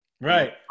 Right